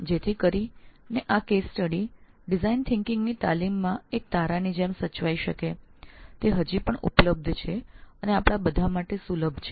જેથી design thinking ની તાલીમમાં આ કેસ અધ્યયન એક તારાની જેમ સચવાઈ શકે તે હજી પણ ઉપલબ્ધ છે અને આપણા બધા માટે સુલભ છે